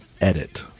edit